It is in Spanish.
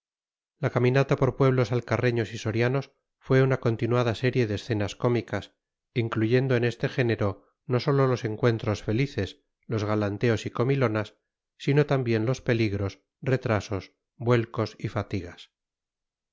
la caminata por pueblos alcarreños y sorianos fue una continuada serie de escenas cómicas incluyendo en este género no sólo los encuentros felices los galanteos y comilonas sino también los peligros retrasos vuelcos y fatigas